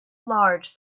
large